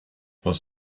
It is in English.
was